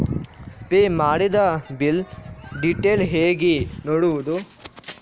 Pay ಮಾಡಿದ bill detail ಹೇಗೆ ನೋಡುವುದು?